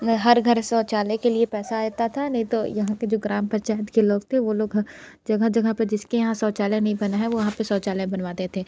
हर घर शौचालय के लिए पैसा आता था नहीं तो यहाँ पर जो ग्राम पंचायत के लोग थे वो लोग जगह जगह पर जिसके यहाँ शौचालय नहीं बना है वहाँ पर शौचालय बनवाते थे